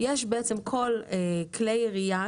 בעצם כל כולל ירייה,